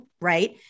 right